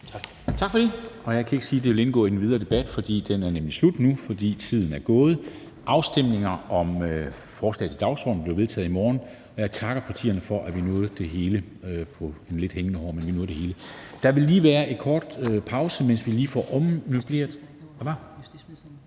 Tak for det. Jeg kan ikke sige, at det vil indgå i den videre debat, for den er nemlig slut nu, da tiden er gået. Afstemningerne om forslag til vedtagelse bliver foretaget i morgen. Jeg takker partierne for, at vi nåede det hele, selv om det var på et hængende hår. Der vil lige være en kort pause, mens vi får ommøbleret